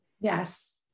Yes